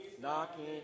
knocking